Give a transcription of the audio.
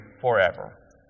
forever